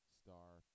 Star